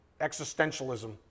existentialism